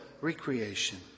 recreation